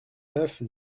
neuf